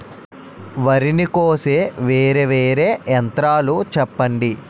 వరి ని కోసే వేరా వేరా యంత్రాలు చెప్పండి?